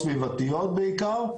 משקיע הרבה,